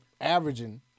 averaging